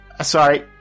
Sorry